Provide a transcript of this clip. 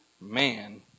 man